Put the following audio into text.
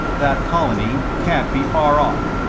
that colony can't be far off.